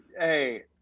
hey